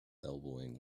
elbowing